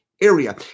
area